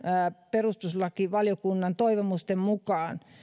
perustuslakivaliokunnan toivomusten mukaan